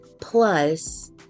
plus